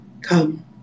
Come